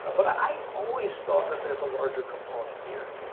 but i always thought that there's a larger component here.